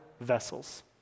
vessels